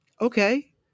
okay